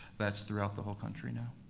that's throughout the whole country now.